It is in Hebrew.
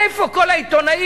איפה כל העיתונים?